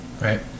right